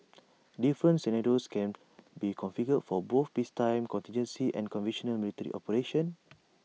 different sinner toes can be configured for both peacetime contingency and conventional military operations